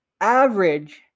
average